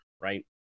right